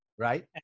Right